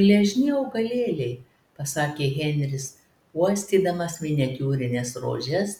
gležni augalėliai pasakė henris uostydamas miniatiūrines rožes